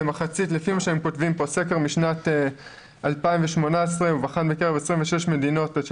לפי מה שהם כותבים כאן הסקר משנת 2018 ובחן מקרב 26 מדינות אשר